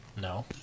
No